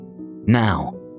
Now